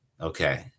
Okay